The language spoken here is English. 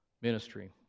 ministry